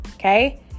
Okay